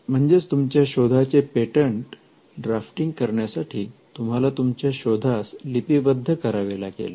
म्हणजेच तुमच्या शोधाचे पेटंट ड्राफ्टिंग करण्यासाठी तुम्हाला तुमच्या शोधास लिपिबद्ध करावे लागेल